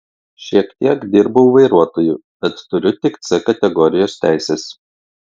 šiek tiek dirbau vairuotoju bet turiu tik c kategorijos teises